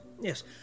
Yes